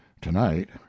tonight